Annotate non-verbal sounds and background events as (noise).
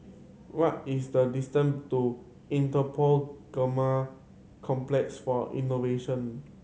what is the distance to Interpol (unintelligible) Complex for Innovation